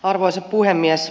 arvoisa puhemies